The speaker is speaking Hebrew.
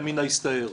ימינה הסתער".